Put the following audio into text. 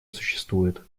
существует